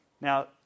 Now